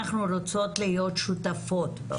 אנחנו רוצות להיות שותפות.